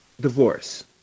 divorce